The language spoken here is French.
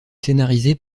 scénarisés